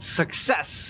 success